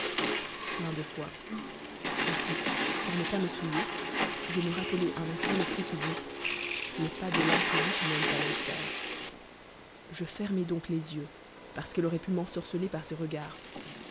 plein de foi aussi pour u pu me souiller je me rappelai un ancien écrit qui dit les pas d l'impudique mènent à l'enfu je fermai donc les yeux parce qu'elle aurait pu m'ensorceler par ses regards